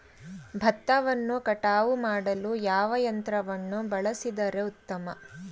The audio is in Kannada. ಭತ್ತವನ್ನು ಕಟಾವು ಮಾಡಲು ಯಾವ ಯಂತ್ರವನ್ನು ಬಳಸಿದರೆ ಉತ್ತಮ?